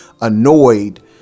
annoyed